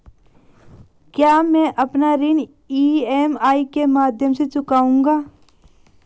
क्या मैं अपना ऋण ई.एम.आई के माध्यम से चुकाऊंगा?